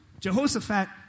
Jehoshaphat